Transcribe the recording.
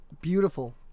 beautiful